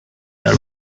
are